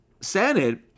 Senate